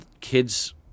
kids